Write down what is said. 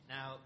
Now